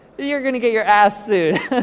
you're gonna get your ass sued.